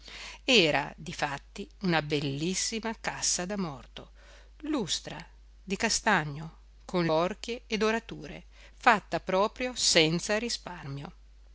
era difatti una bellissima cassa da morto lustra di castagno con borchie e dorature fatta proprio senza risparmio